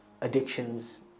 addictions